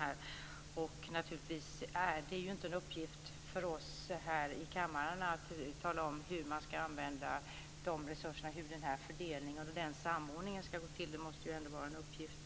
Det är naturligtvis inte en uppgift för oss här i kammaren att tala om hur man ska använda de resurserna och hur den här fördelningen och den samordningen ska gå till. Det måste ändå vara en uppgift